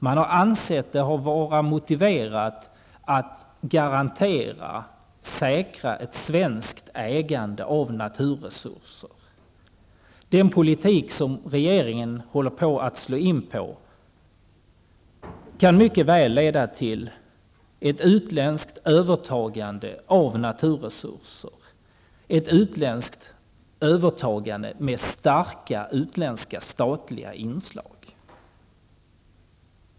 De har ansett det motiverat att säkra ett svenskt ägande av naturresurser. Den politik som regeringen håller på att föra kan mycket väl leda till ett utländskt övertagande av naturresurser, ett utländskt övertagande med starka utländska statliga inslag.